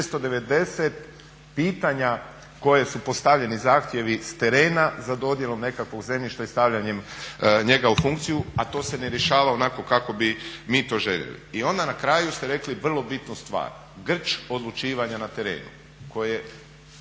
2690 pitanja koje su postavljeni zahtjevi s terena za dodjelom nekakvog zemljišta i stavljanjem njega u funkciju, a to se ne rješava onako kako bi mi to željeli. I onda na kraju ste rekli vrlo bitnu stvar, grč odlučivanja na terenu koje